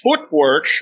footwork